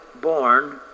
born